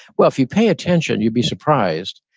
well, if you pay attention you'd be surprised.